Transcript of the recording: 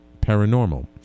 paranormal